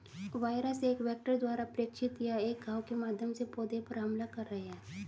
virus एक vector द्वारा प्रेषित या एक घाव के माध्यम से पौधे पर हमला कर रहे हैं